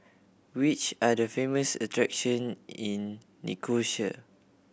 which are the famous attraction in Nicosia